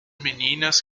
meninas